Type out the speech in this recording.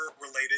related